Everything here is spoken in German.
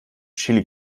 chili